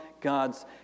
God's